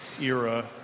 era